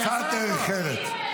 קצת דרך ארץ.